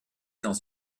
dans